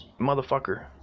motherfucker